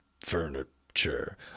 furniture